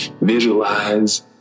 visualize